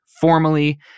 formally